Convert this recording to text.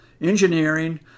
engineering